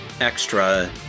extra